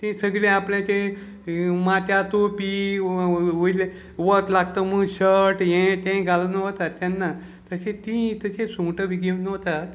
तीं सगळें आपल्याचे माथ्या तोपी वयलें वत लागता म्हूण शर्ट हे तें घालून वतात तेन्ना तशें तीं तशें सुंगटां बी घेवन वतात